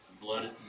Blood